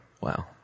Wow